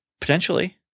potentially